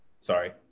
Sorry